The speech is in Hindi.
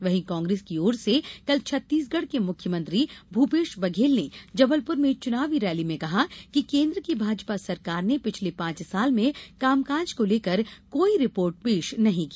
वहीं कांग्रेस की ओर से कल छत्तीसगढ़ के मुख्यमंत्री भूपेश बघेल ने जबलपुर में चुनावी रैली में कहा कि केन्द्र की भाजपा सरकार ने पिछले पांच साल में कामकाज को लेकर कोई रिपोर्ट पेश नहीं की